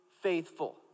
Faithful